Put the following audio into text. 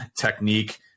technique